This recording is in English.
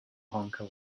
honker